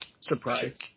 surprise